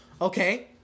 Okay